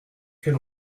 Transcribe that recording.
quel